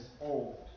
old